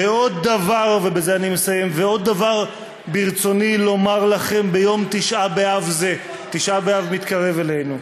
ועוד דבר ברצוני לומר לכם ביום תשעה באב זה" תשעה באב מתקרב אלינו,